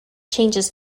changes